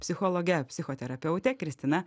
psichologe psichoterapeute kristina